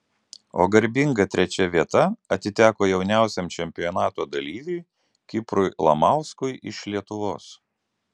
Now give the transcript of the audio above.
o garbinga trečia vieta atiteko jauniausiam čempionato dalyviui kiprui lamauskui iš lietuvos